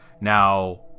Now